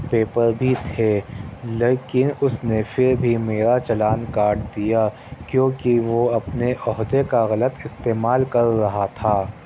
paper بھی تھے لیکن اس نے پھر بھی میرا چلان کاٹ دیا کیونکہ وہ اپنے عہدے کا غلط استعمال کر رہا تھا